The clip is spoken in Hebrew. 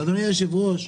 אדוני היושב-ראש,